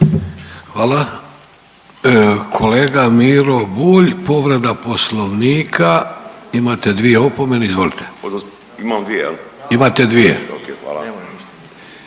Hvala. Kolega Miro Bulj, povreda Poslovnika, imate dvije opomene, izvolite. **Bulj, Miro (MOST)** Imam